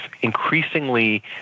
increasingly